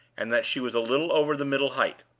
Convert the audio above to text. and that she was a little over the middle height.